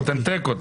תיקו.